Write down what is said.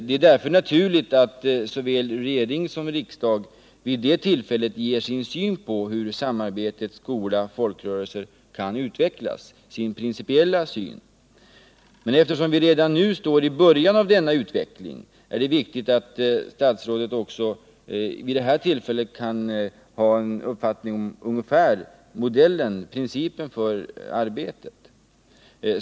Det är därför naturligt att såväl regering som riksdag vid det tillfället ger sin principiella syn på hur samarbetet mellan skola och föreningsliv kan utvecklas. Men eftersom vi redan nu står i början av denna utveckling är det viktigt att statsrådet också vid det här tillfället redovisar en uppfattning om den ungefärliga modellen eller principen för arbetet.